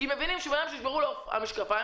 בהקשר לדברים שנאמרו כאן,